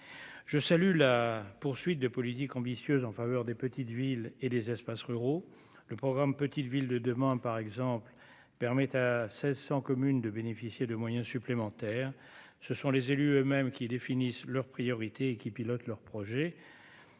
je salue la poursuite des politiques ambitieuses en faveur des petites villes et des espaces ruraux le programme Petites Villes de demain, par exemple, permet à 1600 commune de bénéficier de moyens supplémentaires, ce sont les élus eux-mêmes, qui définissent leurs priorités qui pilote leur projet,